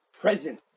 present